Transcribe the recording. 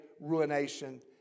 ruination